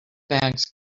bags